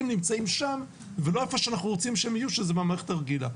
נמצאים שם ולא איפה שאנחנו רוצים שהם יהיו שזה במערכת הרגילה.